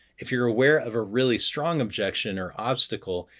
if you're aware of a really strong objection or obstacle,